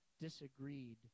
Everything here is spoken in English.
disagreed